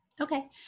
Okay